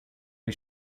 you